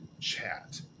chat